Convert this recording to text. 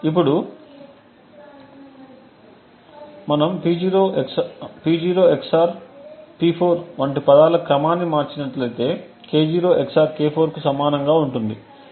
ఇప్పుడు మనం P0 XOR P4 వంటి పదాల క్రమాన్ని మార్చినట్లయితే K0 XOR K4 కు సమానంగా ఉంటుంది